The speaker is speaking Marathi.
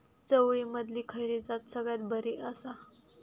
चवळीमधली खयली जात सगळ्यात बरी आसा?